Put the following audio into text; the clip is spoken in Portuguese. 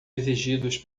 exigidos